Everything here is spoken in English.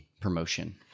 promotion